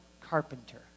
Carpenter